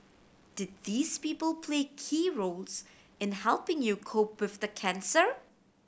did these people play key roles in helping you cope with the cancer